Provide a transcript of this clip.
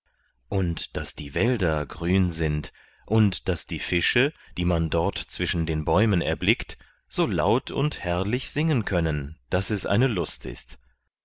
und daß die wälder grün sind und daß die fische die man dort zwischen den bäumen erblickt so laut und herrlich singen können daß es eine lust ist